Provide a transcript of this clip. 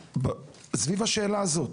סביב השאלה הזאת,